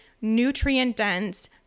nutrient-dense